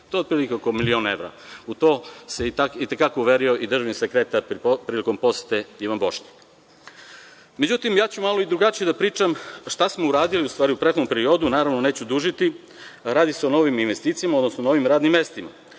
to je otprilike oko milion evra. U to se i te kako uverio i državni sekretar prilikom posete, Ivan Bošnjak.Međutim, ja ću i malo drugačije da pričam šta smo uradili u stvari u prethodnom periodu, naravno, neću dužiti. Radi se o novim investicijama, odnosno novim radnim mestima.